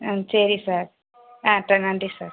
ஆ சரி சார் ஆ நன்றி சார்